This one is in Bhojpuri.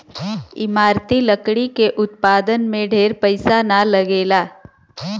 इमारती लकड़ी के उत्पादन में ढेर पईसा ना लगेला